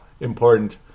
important